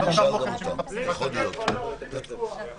הצבעה ההסתייגות לא אושרה.